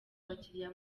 abakiriya